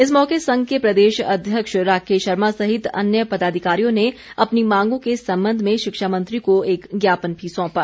इस मौके संघ के प्रदेश अध्यक्ष राकेश शर्मा सहित अन्य पदाधिकारियों ने अपनी मांगों के संबंध में शिक्षामंत्री को एक ज्ञापन भी सौंपा